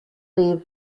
leave